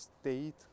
state